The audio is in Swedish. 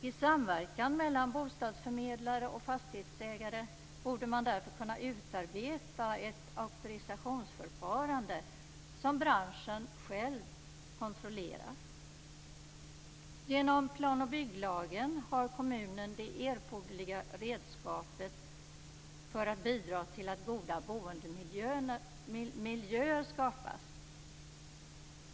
I samverkan mellan bostadsförmedlare och fastighetsägare borde man därför kunna utarbeta ett auktorisationsförfarande som branschen själv kontrollerar. Genom plan och bygglagen har kommunen det erforderliga redskapet för att bidra till att goda boendemiljöer skapas.